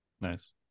Nice